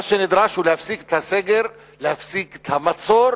מה שנדרש הוא להפסיק את הסגר, להפסיק את המצור.